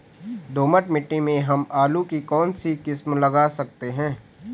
दोमट मिट्टी में हम आलू की कौन सी किस्म लगा सकते हैं?